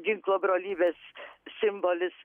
ginklo brolybės simbolis